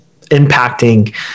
impacting